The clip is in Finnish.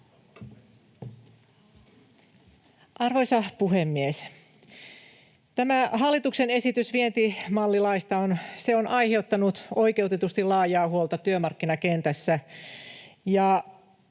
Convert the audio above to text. Arvoisa puhemies! Tämä hallituksen esitys vientimallilaista on aiheuttanut oikeutetusti laajaa huolta työmarkkinakentässä.